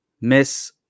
miss